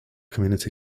community